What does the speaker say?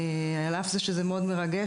על אף שזה מאוד מרגש,